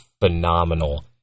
phenomenal